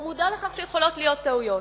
והוא מודע לכך שיכולות להיות טעויות.